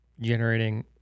generating